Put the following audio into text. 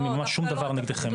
אין לי שום דבר נגדכם.